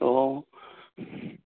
ꯑꯣ